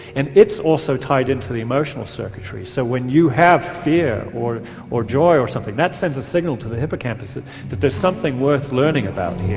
and it's also tied in to the emotional circuitry. so when you have fear or or joy or something that sends a signal to the hippocampus, ah that there's something worth learning about